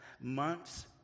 months